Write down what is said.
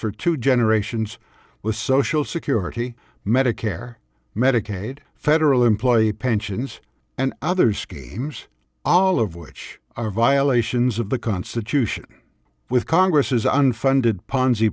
for two generations with social security medicare medicaid federal employee pensions and other schemes all of which are violations of the constitution with congress's unfunded ponzi